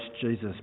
Jesus